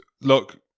look